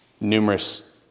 Numerous